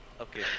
Okay